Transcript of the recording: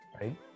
right